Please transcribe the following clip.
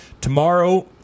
tomorrow